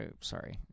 sorry